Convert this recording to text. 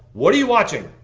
what are you watching?